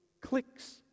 clicks